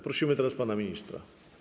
Prosimy teraz pana ministra.